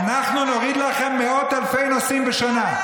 אבל הם לא ביקשו יפה,